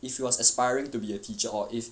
if you are aspiring to be a teacher or if